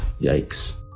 Yikes